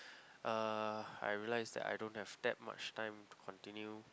uh I realise that I don't have that much time to continue